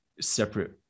separate